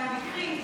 מהמקרים,